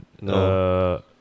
No